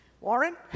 Warren